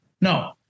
No